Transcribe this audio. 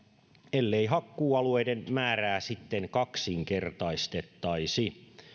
ellei hakkuualueiden määrää sitten kaksinkertaistettaisi